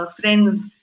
friends